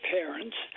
parents